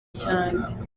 cyane